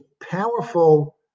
powerful